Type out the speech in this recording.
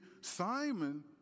Simon